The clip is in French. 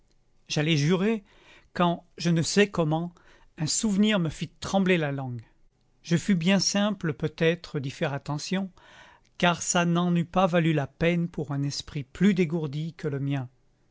j'allais jurer quand je ne sais comment un souvenir me fit trembler la langue je fus bien simple peut-être d'y faire attention car ça n'en eût pas valu la peine pour un esprit plus dégourdi que le mien